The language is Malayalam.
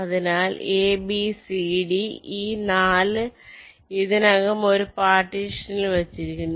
അതിനാൽ A B C D ഈ 4 ഇതിനകം ഒരു പാർട്ടീഷനിൽ വെച്ചിരിക്കുന്നു